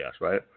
Right